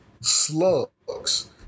slugs